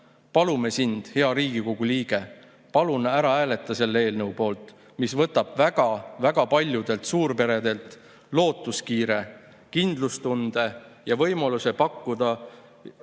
"Palume sind, hea Riigikogu liige, palun ära hääleta selle eelnõu poolt, mis võtab väga-väga paljudelt suurperedelt lootuskiire, kindlustunde ja võimaluse pakkuda oma